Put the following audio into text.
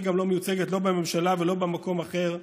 גם לא מיוצגת בממשלה ולא במקום אחר,